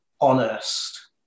honest